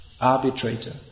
arbitrator